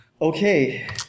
Okay